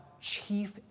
chief